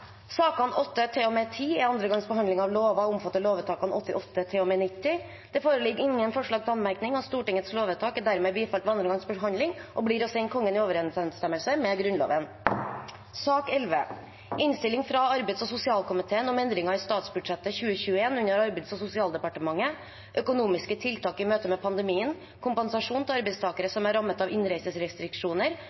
Sakene nr. 8–10 er andre gangs behandling av lover og gjelder lovvedtakene 88 til og med 90. Det foreligger ingen forslag til anmerkning. Stortingets lovvedtak er dermed bifalt ved andre gangs behandling og blir å sende Kongen i overensstemmelse med Grunnloven. Under debatten har Per Olaf Lundteigen satt fram to forslag på vegne av Senterpartiet. Forslag nr. 1 lyder: «Stortinget ber regjeringen sørge for at kompensasjonsordningen for arbeidstakere som er rammet av